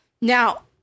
Now